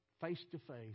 face-to-face